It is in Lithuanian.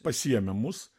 pasiėmė mus